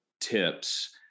tips